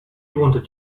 wanted